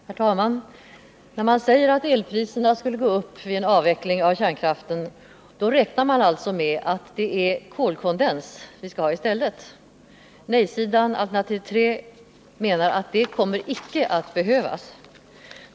Herr talman! När man säger att elpriserna kommer att gå upp vid en avveckling av kärnkraften räknar man alltså med att det är kolkondens som vi skall ha i stället. Nej-sidan, alternativ 3, menar att det icke kommer att behövas.